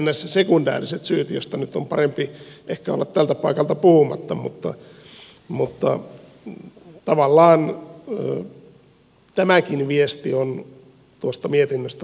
sekundaariset syyt joista nyt on parempi ehkä olla tältä paikalta puhumatta mutta tavallaan tämäkin viesti on tuosta mietinnöstä luettavissa